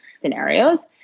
scenarios